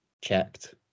checked